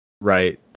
right